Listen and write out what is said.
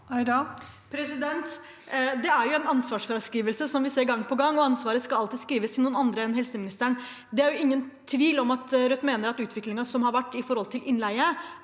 Det er en ansvarsfra- skrivelse som vi ser gang på gang, og ansvaret skal alltid tilskrives noen andre enn helseministeren. Det er ingen tvil om at Rødt mener at utviklingen som har vært når det gjelder innleie,